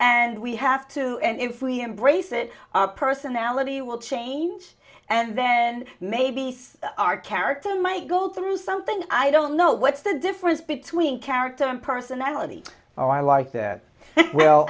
and we have to and if we embrace it personality will change and then maybe our character might go through something i don't know what's the difference between character and personality so i like that well